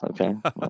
Okay